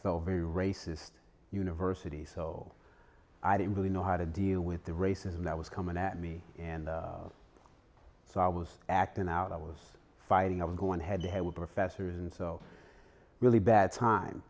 felt very racist university so i didn't really know how to deal with the racism that was coming at me and so i was acting out i was fighting i was going head to head with professors and so really bad time